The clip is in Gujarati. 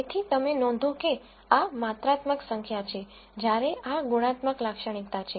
તેથી તમે નોંધો કે આ માત્રાત્મક સંખ્યા છે જ્યારે આ ગુણાત્મક લાક્ષણિકતા છે